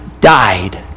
died